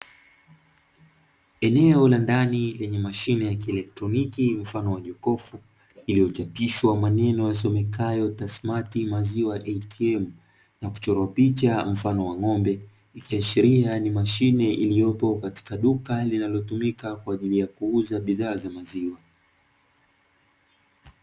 Eneo la ndani lenye mashine ya kieletroniki mfano wa jokofu, lililochapishwa maandishi yasomekayo "TASMATI MAZIWA ATM". Ikiashiria kuwa ni mashine inayotumika kwa ajili kuuza bidhaa za maziwa.